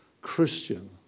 Christian